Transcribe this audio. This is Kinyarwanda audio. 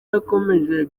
yakomeje